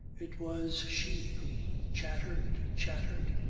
it was she who chattered, chattered,